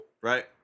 right